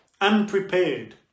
unprepared